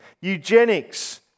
eugenics